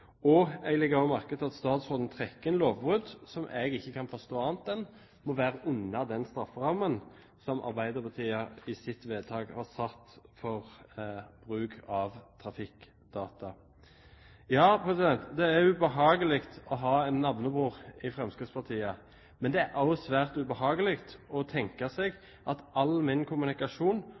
misbrukt. Jeg legger også merke til at statsråden trekker inn lovbrudd som jeg ikke kan forstå annet enn må være under den strafferammen som Arbeiderpartiet i sitt vedtak har satt for bruk av trafikkdata. Ja, det er ubehagelig å ha en navnebror i Fremskrittspartiet, men det er også svært ubehagelig å tenke seg at all min kommunikasjon